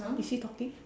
is she talking